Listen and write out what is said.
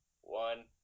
one